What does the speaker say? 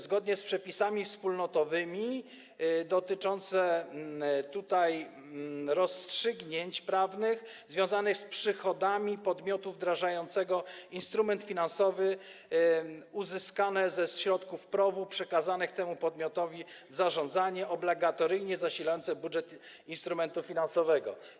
Zgodnie z przepisami wspólnotowymi dotyczącymi rozstrzygnięć prawnych związanych z przychodami podmiotu przychody podmiotu wdrażającego instrument finansowy uzyskany ze środków PROW-u przekazanych temu podmiotowi w zarządzanie obligatoryjnie zasilają budżet instrumentu finansowego.